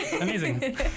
Amazing